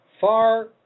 far